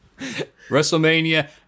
WrestleMania